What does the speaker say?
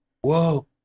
whoa